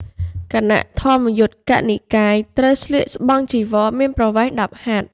គណៈធម្មយុត្តិកនិកាយ ត្រូវស្លៀកស្បង់ចីវរមានប្រវែង ១០ ហត្ថ។